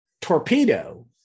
Torpedo